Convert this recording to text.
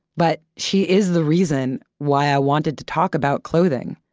but she is the reason why i wanted to talk about clothing.